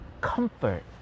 comfort